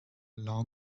allow